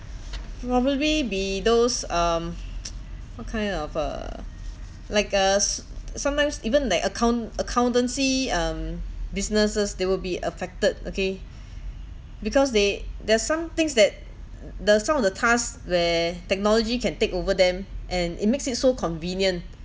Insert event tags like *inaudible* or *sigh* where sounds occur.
probably be those um *noise* what kind of a like a sometimes even like account accountancy um businesses they will be affected okay *breath* because there there're some things that the some of the tasks where technology can takeover them and it makes it so convenient